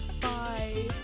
Bye